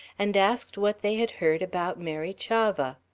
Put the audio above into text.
and asked what they had heard about mary chavah.